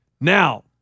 Now